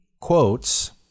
quotes